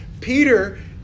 Peter